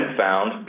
found